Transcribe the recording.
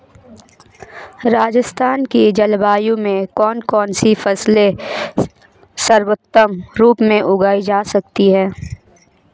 राजस्थान की जलवायु में कौन कौनसी फसलें सर्वोत्तम रूप से उगाई जा सकती हैं?